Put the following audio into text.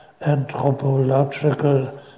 anthropological